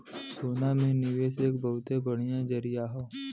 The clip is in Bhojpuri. सोना में निवेस एक बहुते बढ़िया जरीया हौ